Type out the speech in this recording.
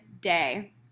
day